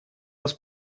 раз